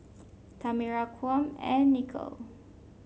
Tamera Kwame and Nichole